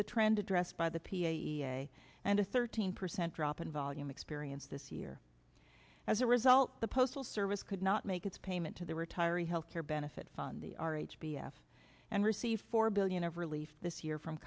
the trend addressed by the p a and a thirteen percent drop in volume experienced this year as a result the postal service could not make its payment to the retirees health care benefit fund the r h b f and received four billion of relief this year from